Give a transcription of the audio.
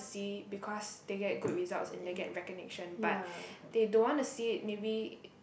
see because they get good results and they get recognition but they don't want to see it maybe